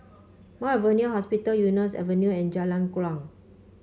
Mount Alvernia Hospital Eunos Avenue and Jalan Kuang